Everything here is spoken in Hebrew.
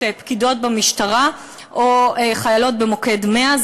פקידות במשטרה או חיילות במוקד 100,